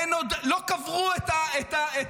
עוד לא קברו את החיילים,